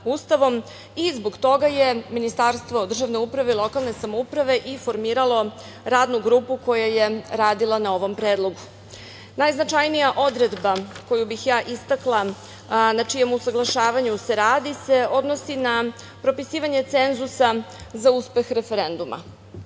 i zbog toga je Ministarstvo državne uprave i lokalne samouprave i formiralo Radnu grupu koja je radila na ovom predlogu. Najznačajnija odredba koju bih ja istakla, na čijem usaglašavanju se radi, odnosi se na propisivanje cenzusa za uspeh referenduma. Član